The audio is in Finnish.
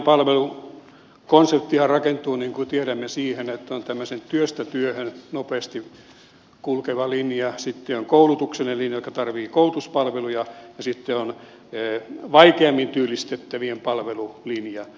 te palvelukonseptihan rakentuu niin kuin tiedämme sille että on tämmöinen työstä työhön nopeasti kulkeva linja sitten on koulutuksellinen linja niille jotka tarvitsevat koulutuspalveluja ja sitten on vaikeammin työllistettävien palvelulinja